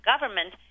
government